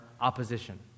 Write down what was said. opposition